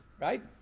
right